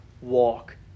walk